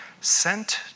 sent